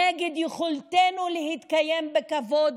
נגד יכולתנו להתקיים בכבוד,